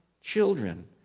children